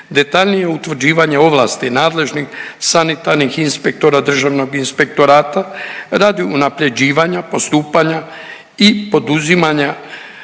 Detaljnije utvrđivanje ovlasti nadležnih sanitarnih inspektora Državnog inspektorata radi unapređivanja postupanja i poduzimanja